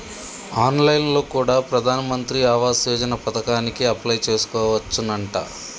on line లో కూడా ప్రధాన్ మంత్రి ఆవాస్ యోజన పథకానికి అప్లై చేసుకోవచ్చునంట